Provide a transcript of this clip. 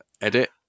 Edit